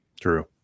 True